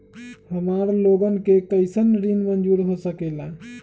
हमार लोगन के कइसन ऋण मंजूर हो सकेला?